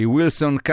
Wilson